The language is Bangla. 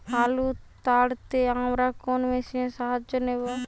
আলু তাড়তে আমরা কোন মেশিনের সাহায্য নেব?